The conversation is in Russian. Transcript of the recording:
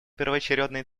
первоочередной